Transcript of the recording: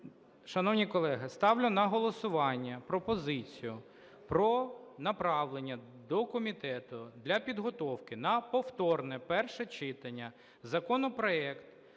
Шановні колеги, ставлю на голосування пропозицію про направлення до комітету для підготовки на повторне перше читання законопроект